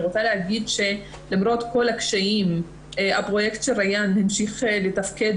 למרות כל הקשיים הפרויקט של ריאן המשיך לתפקד